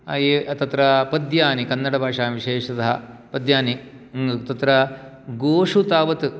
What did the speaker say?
ये तत्र पद्यानि कन्नडभाषायां विशेषतः पद्यानि तत्र गोषु तावत्